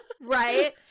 Right